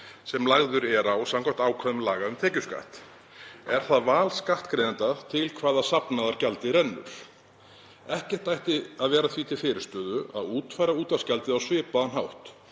sem lagður er á samkvæmt ákvæðum laga um tekjuskatt. Er það val skattgreiðenda til hvaða safnaðar gjaldið rennur. Ekkert ætti að vera því til fyrirstöðu að útfæra útvarpsgjaldið á svipaðan hátt,